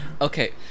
okay